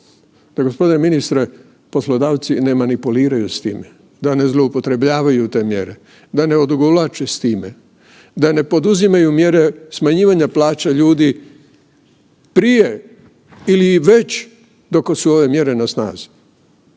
pa g. ministre poslodavci ne manipuliraju s time, da ne zloupotrebljavaju te mjere, da ne odugovlače s time, da ne poduzimaju mjere smanjivanja plaća ljudi prije ili već dokle su ove mjere na snazi.